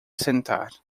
sentar